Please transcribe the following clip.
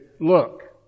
look